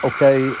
Okay